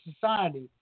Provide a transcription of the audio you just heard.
society